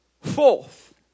forth